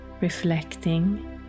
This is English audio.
reflecting